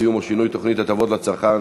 סיום או שינוי תוכנית הטבות לצרכן),